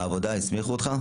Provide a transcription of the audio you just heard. העבודה הסמיכה אותך?